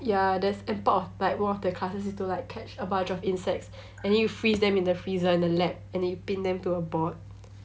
ya there's a part of like one of the classes is to catch a bunch of insects and then you freeze them in the freezer in the lab and then you pin them to a board